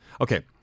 Okay